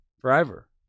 Forever